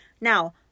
Now